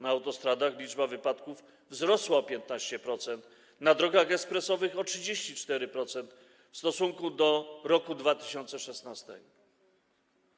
Na autostradach liczba wypadków wzrosła o 15%, a na drogach ekspresowych o 34% w stosunku do roku 2016.